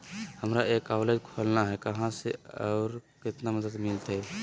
हमरा एक कॉलेज खोलना है, कहा से और कितना मदद मिलतैय?